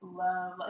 love